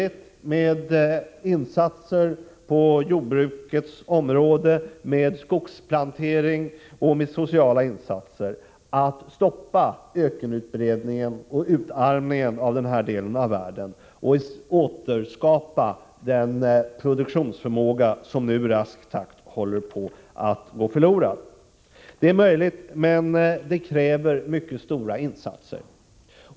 Genom insatser på jordbrukets område, genom skogsplantering och genom sociala insatser går det att stoppa ökenutbredningen och utarmningen och att återskapa den produktionsförmåga som nu i rask takt håller på att gå förlorad. Detta är alltså möjligt, men det kräver mycket stora insatser.